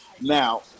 Now